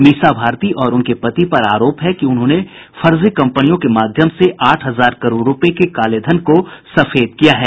मीसा भारती और उनके पति पर आरोप है कि उन्होंने फर्जी कंपनियों के माध्यम से आठ हजार करोड़ के कालेधन को सफेद किया है